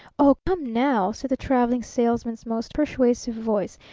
oh come, now! said the traveling salesman's most persuasive voice.